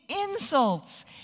insults